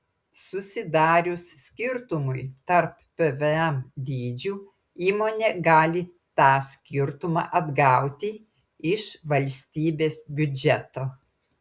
susidarius skirtumui tarp pvm dydžių įmonė gali tą skirtumą atgauti iš valstybės biudžeto